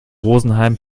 rosenheim